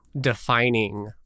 defining